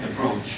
approach